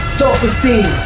self-esteem